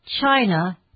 China